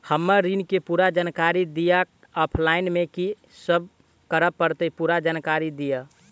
हम्मर ऋण केँ पूरा जानकारी दिय आ ऑफलाइन मे की सब करऽ पड़तै पूरा जानकारी दिय?